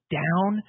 down